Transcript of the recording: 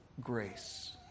grace